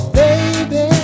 baby